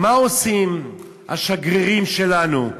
מה עושים השגרירים שלנו?